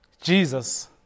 Jesus